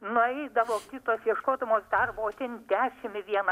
nueidavo kitos ieškodamos darbo ten dešim į vieną